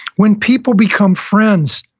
when people become friends,